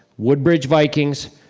woodbridge vikings,